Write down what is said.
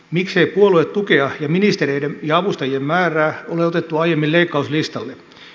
miksei puoluetukea ja ministereiden ja avustajien määrää ole otettu aiemmin leikkauslistalle